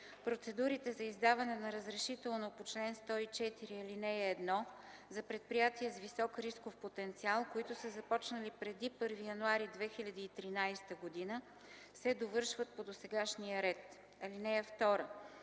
Процедурите за издаване на разрешително по чл. 104, ал. 1 за предприятия с висок рисков потенциал, които са започнали преди 1 януари 2013 г., се довършват по досегашния ред.